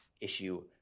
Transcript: issue